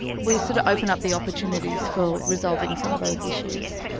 we sort of open up the opportunities for resolving some of those issues.